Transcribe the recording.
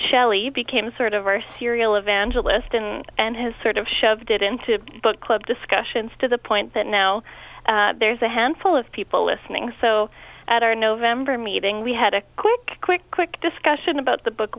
shelley became sort of our serial evangelist in and his sort of shoved it into the book club discussions to the point that now there's a handful of people listening so at our november meeting we had a quick quick quick discussion about the book